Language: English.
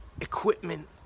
equipment